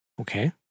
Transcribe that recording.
Okay